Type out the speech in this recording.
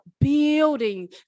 building